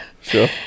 Sure